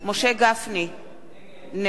נגד אברהם דואן,